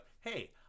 hey